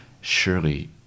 surely